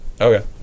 Okay